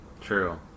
True